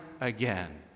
again